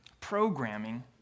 programming